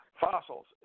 fossils